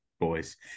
Boys